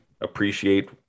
appreciate